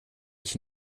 ich